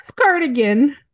cardigan